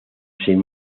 sin